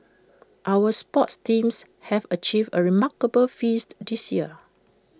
our sports teams have achieved remarkable feats this year